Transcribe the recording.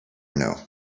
know